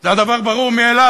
זה הדבר ברור מאליו,